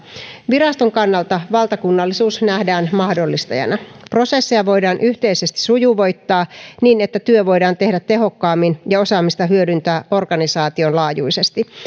viraston kannalta valtakunnallisuus nähdään mahdollistajana prosesseja voidaan yhteisesti sujuvoittaa niin että työ voidaan tehdä tehokkaammin ja osaamista hyödyntää organisaation laajuisesti